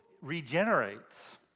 regenerates